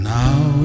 now